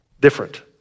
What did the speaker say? Different